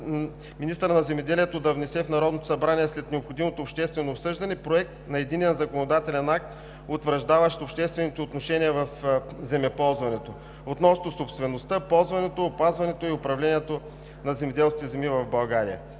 министърът на земеделието да внесе в Народното събрание след необходимото обществено обсъждане проект на единен законодателен акт, утвърждаващ обществените отношения в земеползването относно собствеността, ползването, опазването и управлението на земеделските земи в България.